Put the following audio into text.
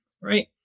right